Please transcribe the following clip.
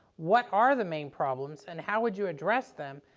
what are the main problems and how would you address them,